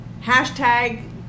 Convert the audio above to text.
hashtag